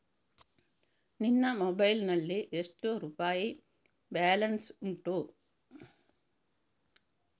ನಿನ್ನ ಮೊಬೈಲ್ ನಲ್ಲಿ ಎಷ್ಟು ರುಪಾಯಿ ಬ್ಯಾಲೆನ್ಸ್ ಉಂಟು?